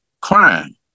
crime